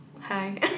Hi